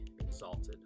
exalted